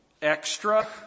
extra